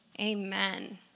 Amen